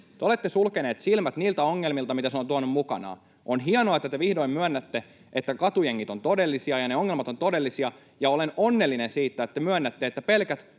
Te olette sulkeneet silmät niiltä ongelmilta, mitä se on tuonut mukanaan. On hienoa, että te vihdoin myönnätte, että katujengit ovat todellisia ja ne ongelmat ovat todellisia. Ja olen onnellinen siitä, että te myönnätte, että pelkät